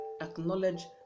acknowledge